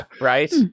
right